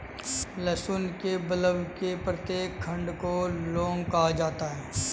लहसुन के बल्ब के प्रत्येक खंड को लौंग कहा जाता है